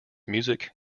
music